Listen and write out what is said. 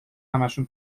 همشون